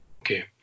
Okay